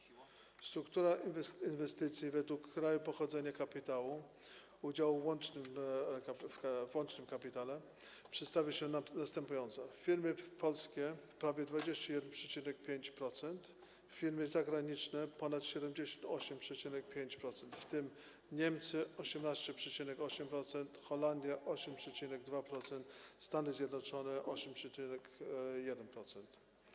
Struktura inwestycji według kraju pochodzenia kapitału, chodzi o udział w łącznym kapitale, przedstawia się następująco: firmy polskie - prawie 21,5%, firmy zagraniczne - ponad 78,5%, w tym Niemcy - 18,8%, Holandia - 8,2%, Stany Zjednoczone - 8,1%.